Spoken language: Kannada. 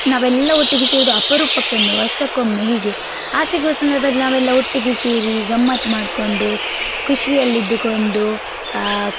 ನಾವೆಲ್ಲ ಒಟ್ಟಿಗೆ ಸೇರೋದು ಅಪರೂಪಕ್ಕೆ ಒಮ್ಮೆ ವರ್ಷಕ್ಕೊಮ್ಮೆ ಹೀಗೆ ಆ ಸಿಗುವ ಸಂದರ್ಭದಲ್ಲಿ ನಾವೆಲ್ಲ ಒಟ್ಟಿಗೆ ಸೇರಿ ಗಮ್ಮತ್ತು ಮಾಡಿಕೊಂಡು ಖುಷಿಯಲ್ಲಿದ್ದುಕೊಂಡು